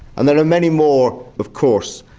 and there are many more of course.